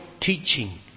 Teaching